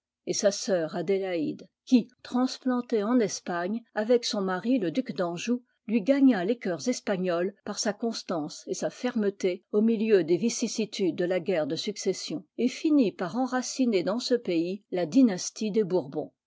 et sa sœur adélaïde qui transplantée en espagne avec son mari le duc d'anjou lui gagna les cœurs espagnols par sa constance et sa fermeté au milieu des vicissitudes de la guerre de succession et finit par enraciner dans ce pays la dynastie des bourbons